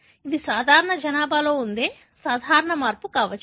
ఇది సాధారణ జనాభాలో ఉండే సాధారణ మార్పు కావచ్చు